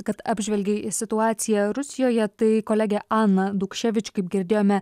kad apžvelgei situaciją rusijoje tai kolegė ana daukševič kaip girdėjome